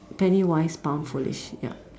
penny wise pound foolish ya